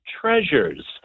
treasures